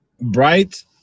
bright